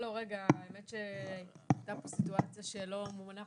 האמת שהייתה פה סיטואציה שלא מונח